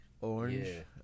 Orange